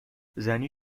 زنی